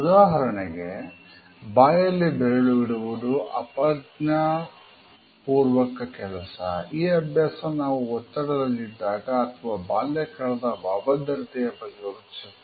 ಉದಾಹರಣೆಗೆ ಬಾಯಲ್ಲಿ ಬೆರಳು ಇಡುವುದು ಅಪ್ರಜ್ಞಾಪೂರ್ವಕ ಕೆಲಸ ಈ ಅಭ್ಯಾಸ ನಾವು ಒತ್ತಡದಲ್ಲಿದ್ದಾಗ ಅಥವಾ ಬಾಲ್ಯಕಾಲದ ಅಭದ್ರತೆಯ ಬಗ್ಗೆ ಯೋಚಿಸುತ್ತಾ ಮಾಡಬಹುದು